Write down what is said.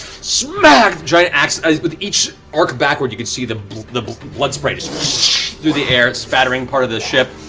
smack the giant axe, as with each arc backward you can see the the blood spray just through the air, it's spattering part of the ship.